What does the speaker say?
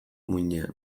muinean